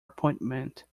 appointment